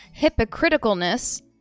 hypocriticalness